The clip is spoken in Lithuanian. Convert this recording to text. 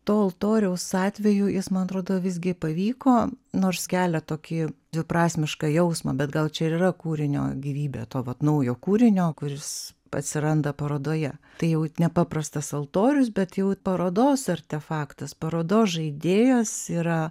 to altoriaus atveju jis man atrodo visgi pavyko nors kelia tokį dviprasmišką jausmą bet gal čia ir yra kūrinio gyvybė to vat naujo kūrinio kuris atsiranda parodoje tai jau nepaprastas altorius bet jau parodos artefaktas parodos žaidėjas yra